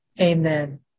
Amen